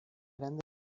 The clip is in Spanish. grande